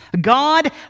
God